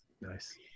Nice